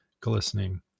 glistening